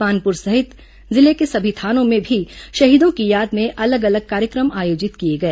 मानप्र सहित जिले के सभी थानों में भी शहीदों की याद में अलग अलग कार्यक्रम आयोजित किए गए